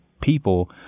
people